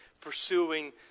pursuing